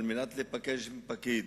על מנת להיפגש עם פקיד.